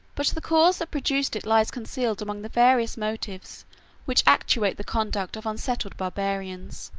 but the cause that produced it lies concealed among the various motives which actuate the conduct of unsettled barbarians.